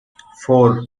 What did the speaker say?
four